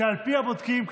שלפיה בודקים,